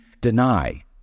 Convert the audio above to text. deny